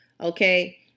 Okay